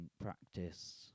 practice